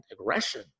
aggression